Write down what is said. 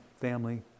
family